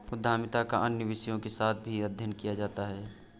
उद्यमिता का अन्य विषयों के साथ भी अध्ययन किया जाता है